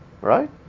Right